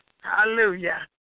Hallelujah